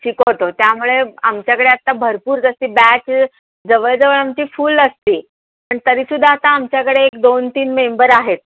शिकवतो त्यामुळे आमच्याकडे आत्ता भरपूर जशी बॅच जवळजवळ आमची फुल असते पण तरीसुद्धा आता आमच्याकडे एक दोन तीन मेंबर आहेत